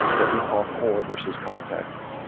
that we call core versus context.